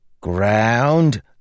Ground